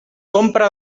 compra